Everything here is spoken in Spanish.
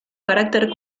carácter